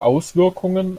auswirkungen